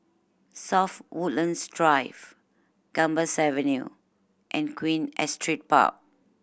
South Woodlands Drive Gambas Avenue and Queen Astrid Park